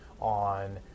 on